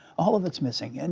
all of it's missing. and